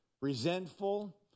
resentful